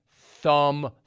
thumb